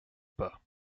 pas